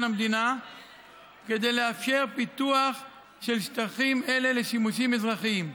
המדינה כדי לאפשר פיתוח של שטחים אלה לשימושים אזרחיים.